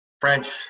French